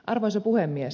arvoisa puhemies